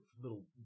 little